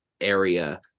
area